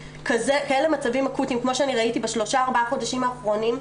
כאלה מצבים אקוטיים כמו שראיתי ב 4-3 חודשים האחרונים.